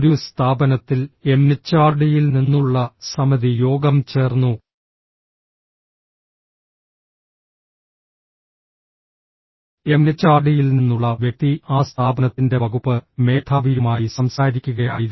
ഒരു സ്ഥാപനത്തിൽ എംഎച്ച്ആർഡിയിൽ നിന്നുള്ള സമിതി യോഗം ചേർന്നു എംഎച്ച്ആർഡിയിൽ നിന്നുള്ള വ്യക്തി ആ സ്ഥാപനത്തിന്റെ വകുപ്പ് മേധാവിയുമായി സംസാരിക്കുകയായിരുന്നു